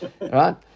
Right